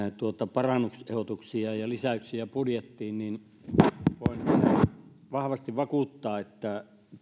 parannusehdotuksia ja lisäyksiä budjettiin niin voin vahvasti vakuuttaa että